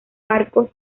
barcos